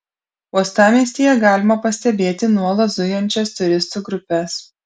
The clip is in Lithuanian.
uostamiestyje galima pastebėti nuolat zujančias turistų grupes